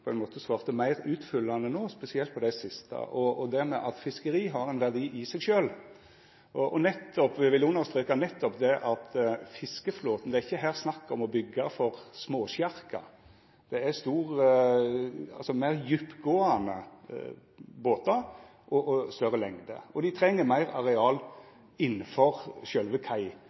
svarte meir utfyllande no, spesielt på det siste, det med at fiskeri har ein verdi i seg sjølv. Og me vil understreka nettopp det at det ikkje her er snakk om å byggja for småsjarkar, det er meir djuptgåande båtar og båtar med større lengde, og dei treng meir areal innanfor sjølve